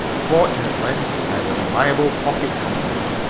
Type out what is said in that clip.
fortunately, i have a reliable pocket compass,